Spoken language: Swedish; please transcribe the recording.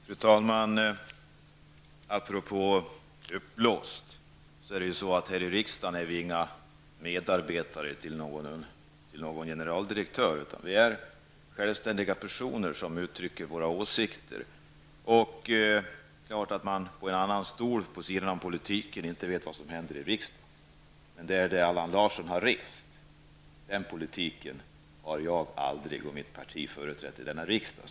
Fru talman! Apropå uppblåst är vi i riksdagen inte några medarbetare till någon generaldirektör. Vi är sjävlständiga personer som uttrycker våra åsikter. Det är klart att man inte vet vad som händer i riksdagen om man sitter på en annan stol, vid sidan av politiken. Men den politik som Allan Larsson står för har jag och mitt parti aldrig företrätt i denna kammare.